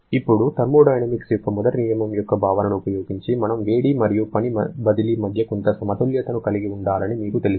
ఇప్పుడు థర్మోడైనమిక్స్ యొక్క మొదటి నియమం యొక్క భావనను ఉపయోగించి మనము వేడి మరియు పని బదిలీ మధ్య కొంత సమతుల్యతను కలిగి ఉండాలని మీకు తెలుసు